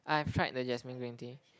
I've tried the jasmine green tea